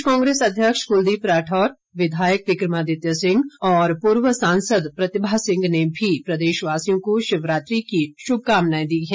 प्रदेश कांग्रेस अध्यक्ष कुलदीप राठौर विधायक विक्रमादित्य सिंह और पूर्व सांसद प्रतिभा सिंह ने भी प्रदेशवासियों को शिवरात्रि की शुभकामनाएं दी है